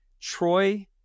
Troy